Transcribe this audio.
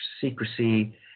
secrecy